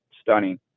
stunning